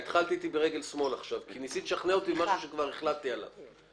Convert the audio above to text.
התחלת איתי ברגל שמאל כי ניסית לשכנע אותי במשהו שכבר החלטתי עליו.